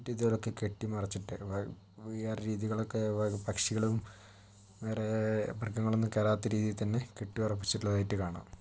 ഭിത്തികളൊക്കെ കെട്ടി മറച്ചിട്ട് വേറെ രീതികളൊക്കെ പക്ഷികളും വേറെ മൃഗങ്ങളൊന്നും കേറാത്ത രീതിയിൽത്തന്നെ കെട്ടി ഉറപ്പിച്ചിട്ടുള്ളതായിട്ട് കാണാം